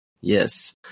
Yes